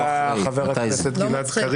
תודה רבה, חבר הכנסת מלביצקי.